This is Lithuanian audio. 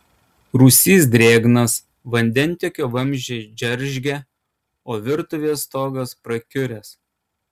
rūsys drėgnas vandentiekio vamzdžiai džeržgia o virtuvės stogas prakiuręs